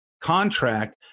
contract